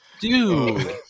Dude